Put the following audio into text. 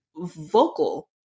vocal